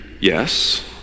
yes